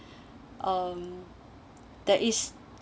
um that is